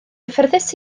gyfforddus